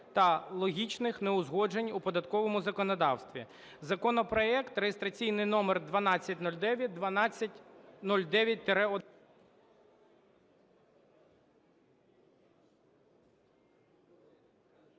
та логічних неузгодженостей у податковому законодавстві. Законопроект реєстраційний номер 1209,